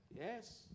Yes